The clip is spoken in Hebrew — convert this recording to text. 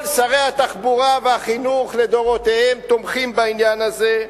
כל שרי התחבורה והחינוך לדורותיהם תומכים בעניין הזה.